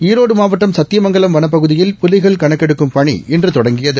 ஈரோடு மாவட்டம் சத்தியமங்கலம் வனப்பகுதியில் புலிகள் கணக்கெடுக்கும் பணி இன்று தொடங்கியது